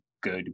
good